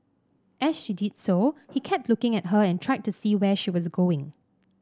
as she did so he kept looking at her and tried to see where she was going